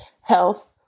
health